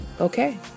Okay